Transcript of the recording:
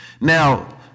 Now